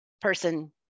person